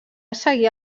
seguir